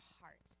heart